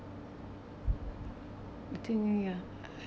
I think ya